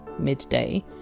midday!